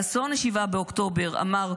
על אסון 7 באוקטובר אמר: